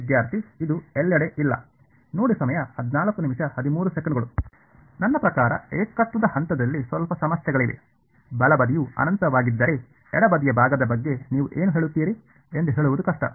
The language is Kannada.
ವಿದ್ಯಾರ್ಥಿ ಇದು ಎಲ್ಲೆಡೆ ಇಲ್ಲ ನನ್ನ ಪ್ರಕಾರ ಏಕತ್ವದ ಹಂತದಲ್ಲಿ ಸ್ವಲ್ಪ ಸಮಸ್ಯೆಗಳಿವೆ ಬಲ ಬದಿಯು ಅನಂತವಾಗಿದ್ದರೆ ಎಡ ಬದಿಯ ಭಾಗದ ಬಗ್ಗೆ ನೀವು ಏನು ಹೇಳುತ್ತೀರಿ ಎಂದು ಹೇಳುವುದು ಕಷ್ಟ